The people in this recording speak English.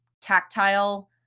tactile